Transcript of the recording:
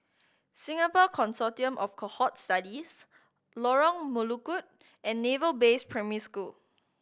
Singapore Consortium of Cohort Studies Lorong Melukut and Naval Base Primary School